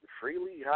Freely